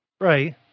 Right